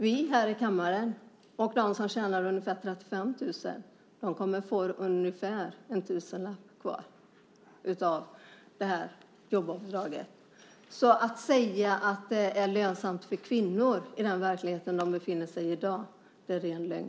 Vi här i kammaren och de som tjänar ungefär 35 000 kr kommer att få ungefär en tusenlapp kvar efter jobbavdraget. Att säga att det är lönsamt för kvinnor i den verklighet de befinner sig i dag är ren lögn.